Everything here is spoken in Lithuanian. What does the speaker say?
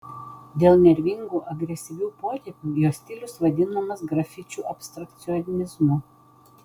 dėl nervingų agresyvių potėpių jo stilius vadinamas grafičių abstrakcionizmu